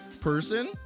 person